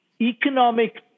economic